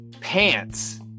Pants